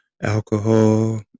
alcohol